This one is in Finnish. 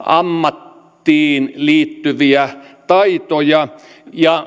ammattiin liittyviä taitoja ja